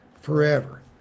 forever